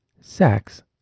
sex